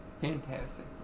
Fantastic